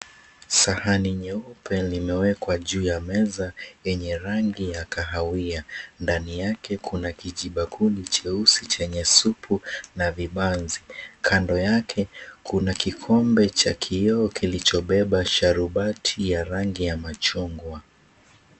Sahani nyeupe limewekwa juu ya meza yenye rangi ya kahawia. Ndani yake kuna kijibakuli cheusi chenye supu na vibanzi. Kando yake kuna kikombe cha kioo kilichobeba sharubati ya rangi ya machungwa.